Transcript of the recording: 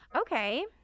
Okay